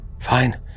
Fine